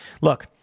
Look